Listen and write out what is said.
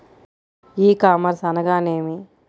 ఈ కామర్స్ అనగానేమి?